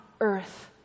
earth